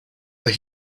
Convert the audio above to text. that